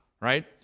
right